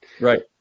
Right